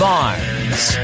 Barnes